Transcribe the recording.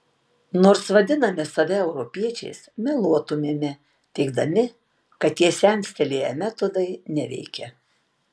nors vadiname save europiečiais meluotumėme teigdami kad tie senstelėję metodai neveikia